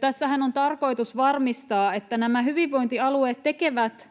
Tässähän on tarkoitus varmistaa, että hyvinvointialueet tekevät